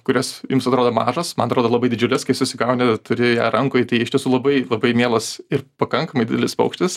kurios jums atrodo mažos man atrodo labai didžiulės kai susigauni turi ją rankoj tai iš tiesų labai labai mielas ir pakankamai didelis paukštis